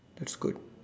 that's good